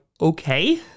okay